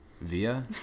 via